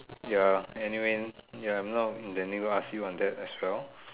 ya anyway ya I'm not I never ask you on that as well